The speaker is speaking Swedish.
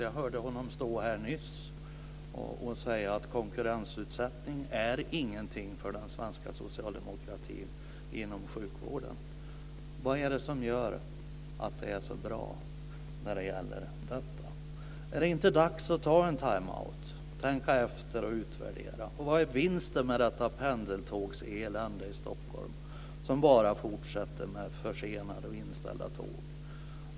Jag hörde honom, när han stod här nyss, säga att konkurrensutsättning inom sjukvården inte är någonting för den svenska socialdemokratin. Vad är det som gör att det är så bra när det gäller detta? Är det inte dags att ta en time out och tänka efter och utvärdera? Vad är vinsten med detta pendeltågselände i Stockholm, som bara fortsätter med försenade och inställda tåg?